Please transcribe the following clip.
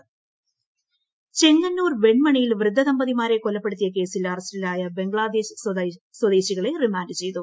കൊലപാതകം ചെങ്ങന്നൂർ വെൺമണിയിൽ വൃദ്ധ ദ്രമ്പ്തിമാരെ കൊലപ്പെടുത്തിയ കേസിൽ അറസ്റ്റിലായ ബംഗ്ലാദേശ്ശ് സിദേശികളെ റിമാന്റ് ചെയ്തു